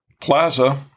plaza